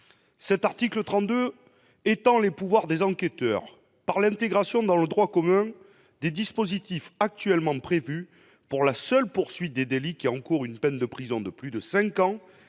L'article 32 étend les pouvoirs des enquêteurs au travers de l'intégration dans le droit commun des dispositifs actuellement prévus pour la seule poursuite des délits donnant lieu à une peine de prison de plus de cinq ans